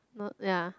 not ya